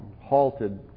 halted